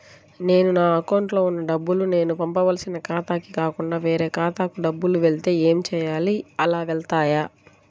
నేను నా అకౌంట్లో వున్న డబ్బులు నేను పంపవలసిన ఖాతాకి కాకుండా వేరే ఖాతాకు డబ్బులు వెళ్తే ఏంచేయాలి? అలా వెళ్తాయా?